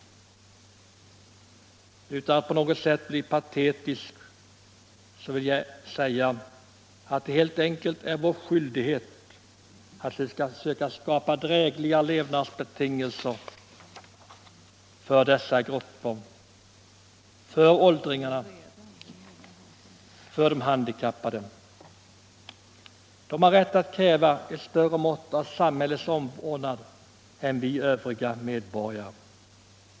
Utan att på något sätt bli patetisk vill jag säga att det helt enkelt är vår skyldighet att söka skapa drägliga levnadsbetingelser för dessa grupper, för åldringarna och de handikappade. De har rätt att kräva ett större mått av samhällets omvårdnad än vi övriga medborgare.